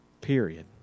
period